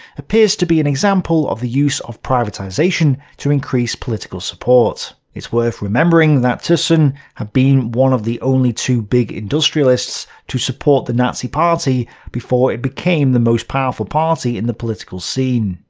appears to be an example of the use of privatization to increase political support. it is worth remembering that thyssen had been one of the only two big industrialists to support the nazi party before it became the most powerful party in the political scene.